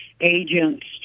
agents